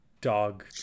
Dog